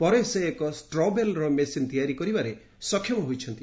ପରେ ସେ ଏକ ଷ୍ଟ୍ର ବେଲର୍ ମେସିନ୍ ତିଆରି କରିବାରେ ସକ୍ଷମ ହୋଇଛନ୍ତି